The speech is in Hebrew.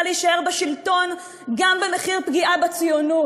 להישאר בשלטון גם במחיר פגיעה בציונות,